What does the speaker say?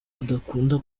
adakunda